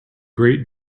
great